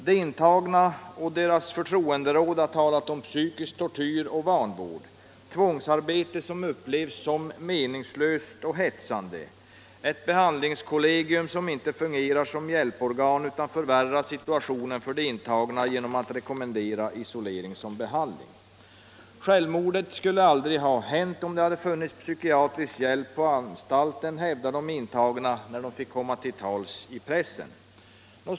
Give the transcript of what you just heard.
De intagna och deras förtroenderåd har talat om psykisk tortyr och vanvård, tvångsarbete som upplevs som meningslöst och hetsande, ett behandlingskollegium som inte fungerar som hjälporgan utan förvärrar situationen för de intagna genom att rekommendera isolering som behandling. Självmordet skulle aldrig ha hänt om det hade funnits psykiatrisk hjälp på anstalten, hävdade de intagna när de fick komma till tals i pressen.